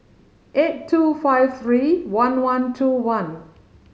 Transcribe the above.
eight two five three one one two one